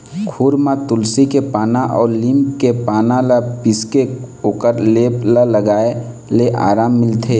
खुर म तुलसी के पाना अउ लीम के पाना ल पीसके ओखर लेप ल लगाए ले अराम मिलथे